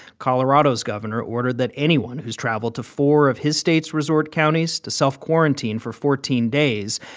colorado's governor ordered that anyone who's traveled to four of his state's resort counties to self quarantine for fourteen days.